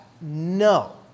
No